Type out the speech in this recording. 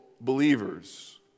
believers